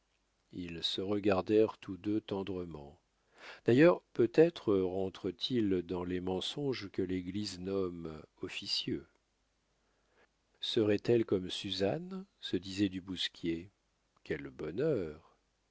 ils se regardèrent tous deux tendrement d'ailleurs peut-être rentre t il dans les mensonges que l'église nomme officieux serait-elle comme suzanne se disait du bousquier quel bonheur